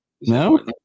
No